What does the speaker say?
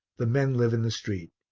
the men live in the street.